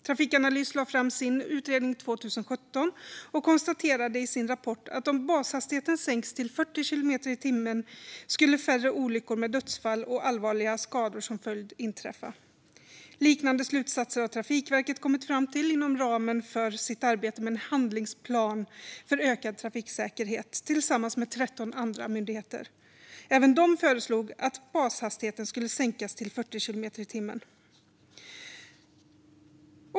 Trafikanalys lade fram sin utredning 2017 och konstaterade i sin rapport att om bashastigheten sänks till 40 kilometer i timmen skulle färre olyckor med dödsfall och allvarliga skador som följd inträffa. Liknande slutsatser har Trafikverket kommit fram till inom ramen för sitt arbete med en handlingsplan för ökad trafiksäkerhet tillsammans med 13 andra myndigheter. Även de föreslog att bashastigheten skulle sänkas till 40 kilometer i timmen.